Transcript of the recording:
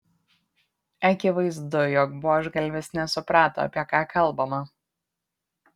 akivaizdu jog buožgalvis nesuprato apie ką kalbama